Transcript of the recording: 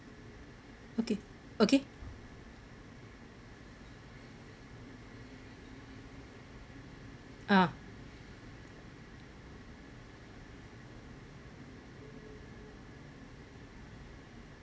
okay okay ah